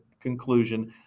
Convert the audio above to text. conclusion